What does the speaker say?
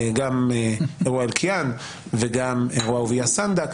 גם אל-קיעאן וגם אירוע אהוביה סנדק.